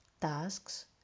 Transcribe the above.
tasks